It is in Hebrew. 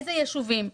איזה יישובים.